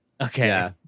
Okay